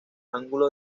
ángulo